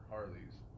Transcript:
Harleys